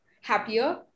happier